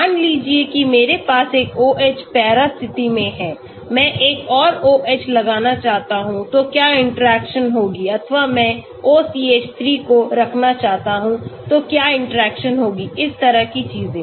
मान लीजिए कि मेरे पास एक OH पैरा स्थिति में है मैं एक और OH लगाना चाहता हूंतो क्या इंटरेक्शन होगी अथवा मैं OCH3 को रखना चाहता हूं तो क्या इंटरेक्शन होगी इस तरह की चीजें